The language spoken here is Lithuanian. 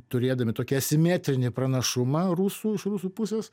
turėdami tokią simetrinį pranašumą rusų iš rusų pusės